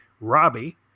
Robbie